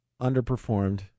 underperformed